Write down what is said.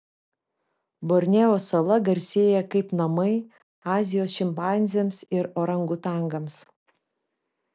borneo sala garsėja kaip namai azijos šimpanzėms ir orangutangams